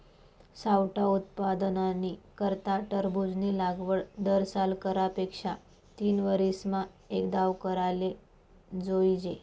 सावठा उत्पादननी करता टरबूजनी लागवड दरसाल करा पेक्षा तीनवरीसमा एकदाव कराले जोइजे